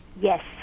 Yes